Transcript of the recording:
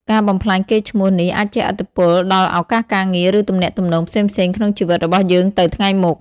ការបំផ្លាញកេរ្តិ៍ឈ្មោះនេះអាចជះឥទ្ធិពលដល់ឱកាសការងារ ឬទំនាក់ទំនងផ្សេងៗក្នុងជីវិតរបស់យើងទៅថ្ងៃមុខ។